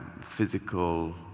physical